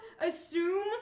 assume